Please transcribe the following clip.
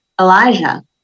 Elijah